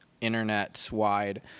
Internet-wide